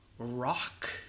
Rock